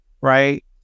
Right